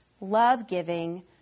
love-giving